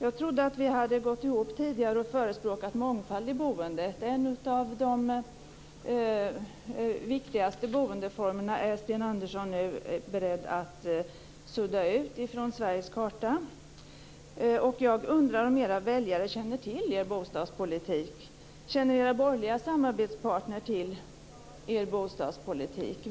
Jag trodde att vi hade gått ihop tidigare och förespråkat mångfald i boendet. En av de viktigaste boendeformerna är Sten Andersson nu beredd att sudda ut från Sveriges karta. Jag undrar om Moderaternas väljare känner till Moderaternas bostadspolitik. Känner Moderaternas borgerliga samarbetspartner till denna bostadspolitik?